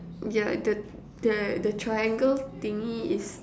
yeah the the the triangle thingy is